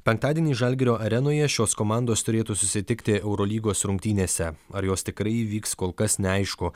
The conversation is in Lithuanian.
penktadienį žalgirio arenoje šios komandos turėtų susitikti eurolygos rungtynėse ar jos tikrai įvyks kol kas neaišku